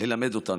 ללמד אותנו: